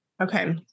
Okay